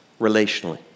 relationally